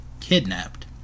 Kidnapped